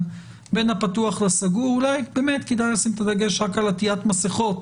בין הפתוח לסגור אולי באמת כדאי לשים את הדגש רק על עטית מסכות